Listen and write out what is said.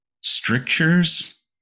strictures